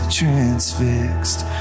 transfixed